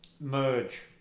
merge